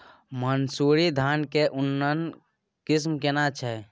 मानसुरी धान के उन्नत किस्म केना छै?